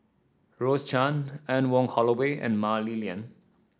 Rose Chan Anne Wong Holloway and Mah Li Lian